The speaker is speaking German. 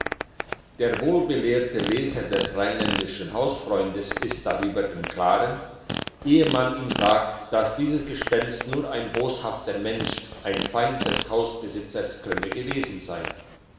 der wohlbelehrte leser des rheinländischen hausfreundes ist darüber im klaren ehe man ihm sagt dass dieses gespenst nur ein boshafter mensch ein feind des hausbesitzers könne gewesen sein